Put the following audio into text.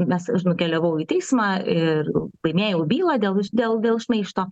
mes aš nukeliavau į teismą ir laimėjau bylą dėl dėl šmeižto